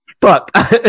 fuck